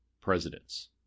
presidents